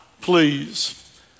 please